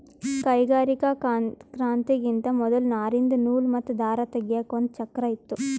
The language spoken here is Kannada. ಕೈಗಾರಿಕಾ ಕ್ರಾಂತಿಗಿಂತಾ ಮೊದಲ್ ನಾರಿಂದ್ ನೂಲ್ ಮತ್ತ್ ದಾರ ತೇಗೆದಕ್ ಒಂದ್ ಚಕ್ರಾ ಇತ್ತು